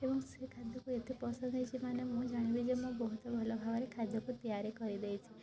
ଏବଂ ସେ ଖାଦ୍ୟକୁ ଏତେ ପସନ୍ଦ ହୋଇଛି ମାନେ ମୁଁ ଜାଣିବି ଯେ ମୁଁ ବହୁତ ଭଲ ଭାବରେ ଖାଦ୍ୟକୁ ତିଆରି କରି ଦେଇଛି